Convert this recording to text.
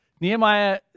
Nehemiah